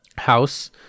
house